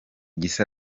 gisa